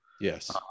Yes